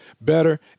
better